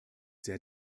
sehr